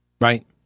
Right